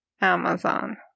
Amazon